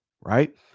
right